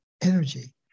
energy